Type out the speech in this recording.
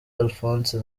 alphonse